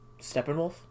Steppenwolf